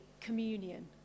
communion